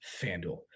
FanDuel